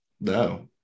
no